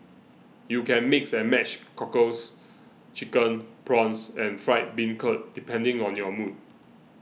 you can mix and match cockles chicken prawns and fried bean curd depending on your mood